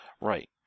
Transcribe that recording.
Right